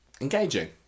Engaging